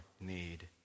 need